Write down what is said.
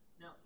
Now